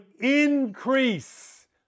increase